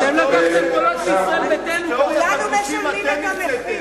כולנו משלמים את המחיר.